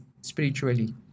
spiritually